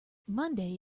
monday